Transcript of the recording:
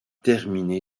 terminé